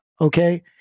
okay